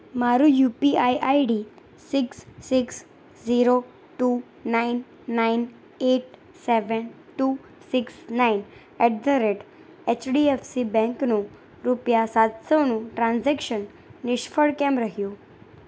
મારું U P I ID six six zero two nine nine eight seven two six nine at the rate HDFC બેંકનું રૂપિયા સાતસોનું transaction નિષ્ફળ કેમ રહ્યું